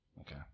Okay